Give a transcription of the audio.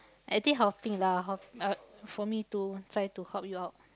I think helping lah help uh for me to try to help you out